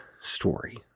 story